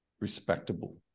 respectable